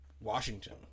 Washington